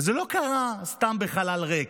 וזה לא קרה סתם בחלל ריק.